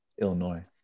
Illinois